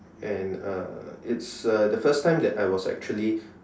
and uh it's uh the first time I was actually